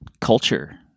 culture